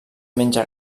menja